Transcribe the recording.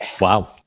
Wow